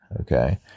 okay